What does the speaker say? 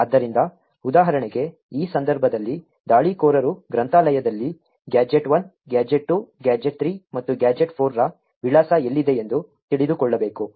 ಆದ್ದರಿಂದ ಉದಾಹರಣೆಗೆ ಈ ಸಂದರ್ಭದಲ್ಲಿ ದಾಳಿಕೋರರು ಗ್ರಂಥಾಲಯದಲ್ಲಿ ಗ್ಯಾಜೆಟ್ 1 ಗ್ಯಾಜೆಟ್ 2 ಗ್ಯಾಜೆಟ್ 3 ಮತ್ತು ಗ್ಯಾಜೆಟ್ 4 ರ ವಿಳಾಸ ಎಲ್ಲಿದೆ ಎಂದು ತಿಳಿದುಕೊಳ್ಳಬೇಕು